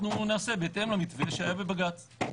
אנחנו נעשה בהתאם למתווה שהיה בבג"ץ.